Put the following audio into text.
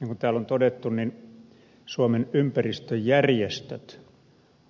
niin kuin täällä on todettu suomen ympäristöjärjestöt